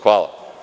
Hvala.